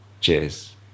Cheers